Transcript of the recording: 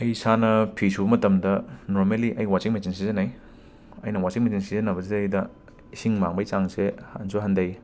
ꯑꯩ ꯏꯁꯥꯅ ꯐꯤ ꯁꯨꯕ ꯃꯇꯝꯗ ꯅꯣꯔꯃꯦꯂꯤ ꯑꯩ ꯋꯥꯆꯤꯡ ꯃꯦꯆꯤꯟ ꯁꯤꯖꯤꯟꯅꯩ ꯑꯩꯅ ꯋꯥꯆꯤꯡ ꯃꯦꯆꯤꯟ ꯁꯤꯖꯤꯟꯅꯕꯁꯤꯗꯩꯗ ꯏꯁꯤꯡ ꯃꯥꯡꯕꯒꯤ ꯆꯥꯡꯁꯦ ꯍꯟꯁꯨ ꯍꯟꯊꯩ